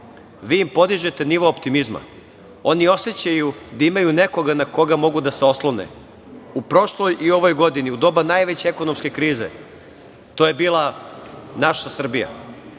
vi im podižete nivo optimizma. Oni osećaju da imaju nekoga na koga mogu da se oslone. U prošloj i u ovoj godini, u doba najveće ekonomske krize to je bila naša Srbija,